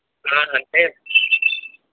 అంటే